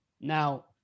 Now